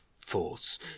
force